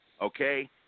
okay